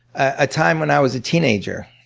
a time when i was a teenager.